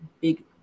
big –